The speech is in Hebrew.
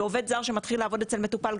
ועובד זר שמתחיל לעבוד אצל מטופל,